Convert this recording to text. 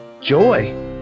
Joy